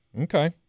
okay